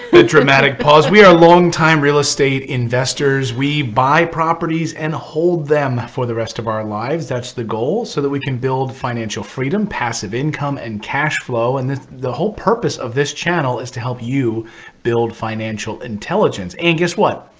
the dramatic pause. we are a longtime real estate investors. we buy properties and hold them for the rest of our lives. that's the goal, so that we can build financial freedom, passive income, and cash flow. and the whole purpose of this channel is to help you build financial intelligence. and guess what?